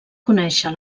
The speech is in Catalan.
conèixer